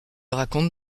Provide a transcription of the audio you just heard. raconte